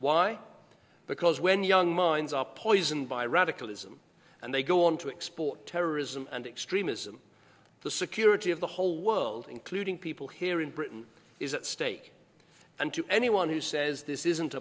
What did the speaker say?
why because when young minds are poisoned by radicalism and they go on to export terrorism and extremism the security of the whole world including people here in britain is at stake and to anyone who says this isn't